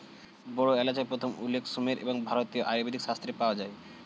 বড় এলাচের প্রথম উল্লেখ সুমের এবং ভারতীয় আয়ুর্বেদিক শাস্ত্রে পাওয়া যায়